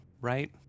right